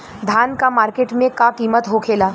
धान क मार्केट में का कीमत होखेला?